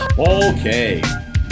Okay